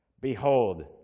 Behold